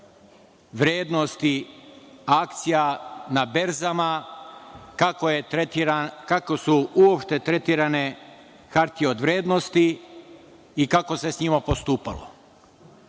vrednosti akcija na berzama, kako su uopšte tretirane hartije od vrednosti i kako se s njima postupalo.